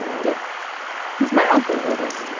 dick he's my uncle, otis.